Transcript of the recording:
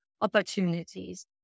opportunities